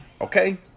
Okay